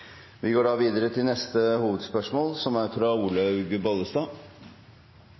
Vi går videre til neste hovedspørsmål. Alkohol er